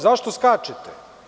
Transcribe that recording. Zašto skačete?